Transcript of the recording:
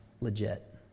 legit